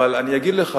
אבל אני אגיד לך,